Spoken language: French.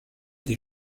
des